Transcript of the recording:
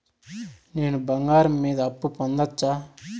నేను బంగారం మీద అప్పు పొందొచ్చా?